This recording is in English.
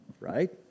right